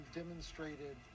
demonstrated